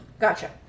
Gotcha